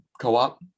co-op